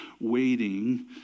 waiting